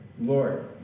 Lord